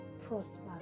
prosper